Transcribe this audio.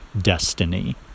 destiny